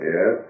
Yes